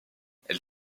elle